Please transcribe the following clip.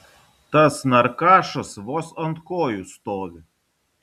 tas narkašas vos ant kojų stovi